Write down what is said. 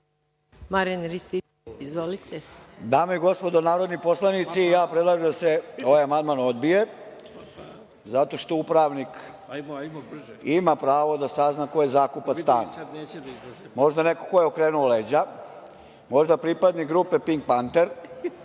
**Marijan Rističević** Dame i gospodo narodni poslanici, predlažem da se ovaj amandman odbije, jer upravnik ima pravo da sazna ko je zakupac stana. Možda neko ko je okrenuo leđa, možda pripadnik grupe Pink Panter,